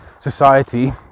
society